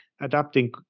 adapting